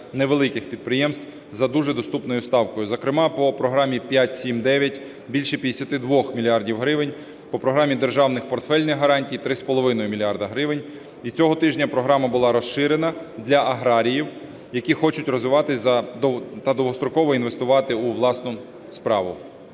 невеликих підприємств за дуже доступною ставкою. Зокрема, по програмі "5-7-9" - більше 52 мільярдів гривень, по програмі державних портфельних гарантій – 3,5 мільярда гривень. І цього тижня програма було розширена для аграріїв, які хочуть розвиватись та довгостроково інвестувати у власну справу.